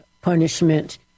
punishment